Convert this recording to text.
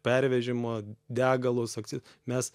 pervežimo degalus akci mes